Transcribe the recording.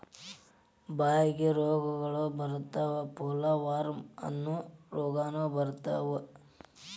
ಬಾಯಿಗೆ ರೋಗಗಳ ಬರತಾವ ಪೋಲವಾರ್ಮ ಅನ್ನು ರೋಗಾನು ಬರತಾವ